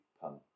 pun